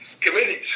committees